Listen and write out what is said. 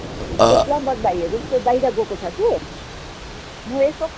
त्यो प्लम्बर भाइहरू पनि त्यो बाहिर गएको छ कि म यसो